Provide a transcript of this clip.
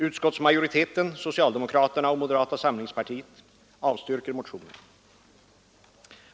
Utskottsmajoriteten, bestående av socialdemokraterna och moderata samlingspartiet, avstyrker motionen.